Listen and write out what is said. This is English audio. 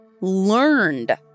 learned